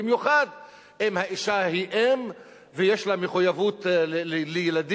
במיוחד אם האשה היא אם ויש לה מחויבות לילדים,